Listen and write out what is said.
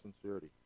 sincerity